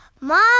mom